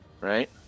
right